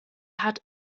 hat